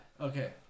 Okay